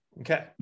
Okay